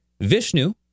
Vishnu